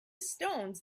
stones